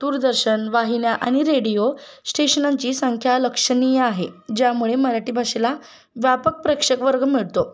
दूरदर्शन वाहिन्या आणि रेडिओ स्टेशनांची संख्या लक्षणीय आहे ज्यामुळे मराठी भाषेला व्यापक प्रेक्षकवर्ग मिळतो